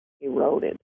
eroded